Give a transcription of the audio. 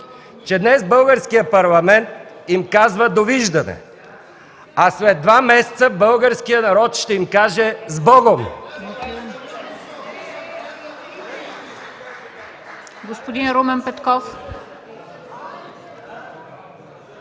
че днес Българският парламент им казва „довиждане”, а след два месеца българският народ ще им каже „сбогом”.